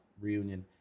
reunion